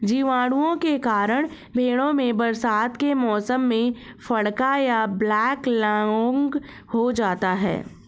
जीवाणुओं के कारण भेंड़ों में बरसात के मौसम में फड़का या ब्लैक लैग हो जाता है